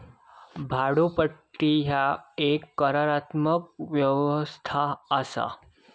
भाड्योपट्टी ह्या एक करारात्मक व्यवस्था असा